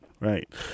Right